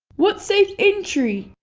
what's safe entry?